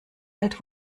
alt